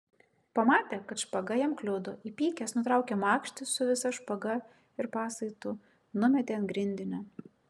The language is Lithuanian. pamatė kad špaga jam kliudo įpykęs nutraukė makštį su visa špaga ir pasaitu numetė ant grindinio